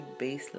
baseline